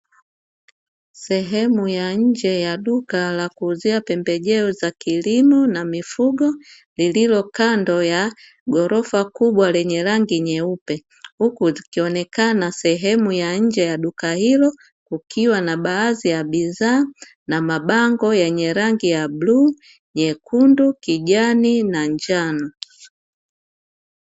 Sehemu ya nje ya duka la kuuzia pembejeo za kilimo na mifugo, lililo kando ya ghorofa kubwa lenye rangi nyeupe. Huku zikionekana sehemu ya nje ya duka hilo, kukiwa na baadhi ya bidhaa, na mabango yenye rangi ya: bluu, nyekundu, kijani na njano.